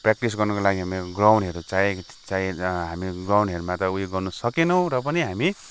practice गर्नुको लागी हामी ग्राउन्डहरू चाहिएको थ्य चाही हामी ग्राउन्डहरूमा त उयो गर्नु सकेनौँ तर पनि हामी